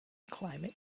climate